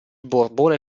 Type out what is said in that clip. borbone